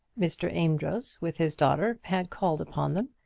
mr. amedroz, with his daughter, had called upon them,